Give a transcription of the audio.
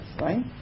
right